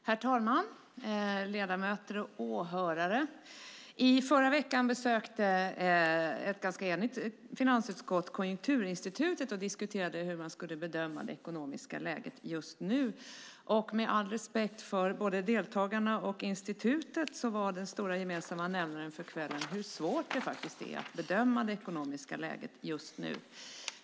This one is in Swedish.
Herr talman! Ledamöter och åhörare! I förra veckan besökte ett ganska enigt finansutskott Konjunkturinstitutet och diskuterade hur man skulle bedöma det ekonomiska läget just nu. Med all respekt för både deltagarna och institutet var den stora gemensamma nämnaren för kvällen hur svårt det faktiskt är att bedöma det ekonomiska läget just nu.